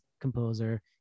composer